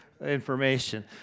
information